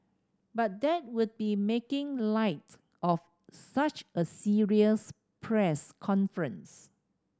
but that would be making light of such a serious press conference